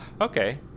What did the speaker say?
Okay